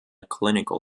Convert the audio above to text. clinical